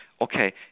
okay